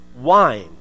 wine